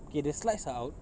okay the slides are out